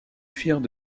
firent